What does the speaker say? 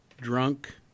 drunk